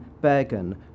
Bergen